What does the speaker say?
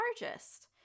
largest